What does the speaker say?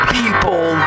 people